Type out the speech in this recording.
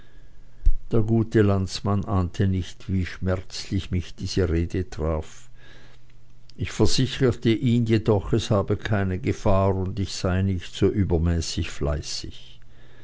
der gute landsmann ahnte nicht wie schmerzlich mich diese rede traf ich versicherte ihn jedoch es habe keine gefahr und ich sei nicht so übermäßig fleißig